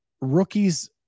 rookies